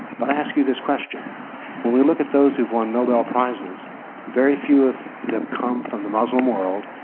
but i ask you this question when we look at those who've won nobel prizes very few of them come from the muslim world,